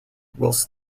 whilst